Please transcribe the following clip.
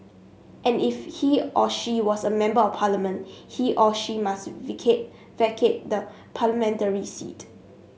and if he or she was a Member of Parliament he or she must vacate the parliamentary seat